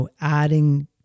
adding